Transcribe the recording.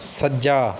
ਸੱਜਾ